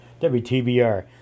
WTBR